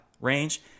range